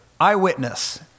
eyewitness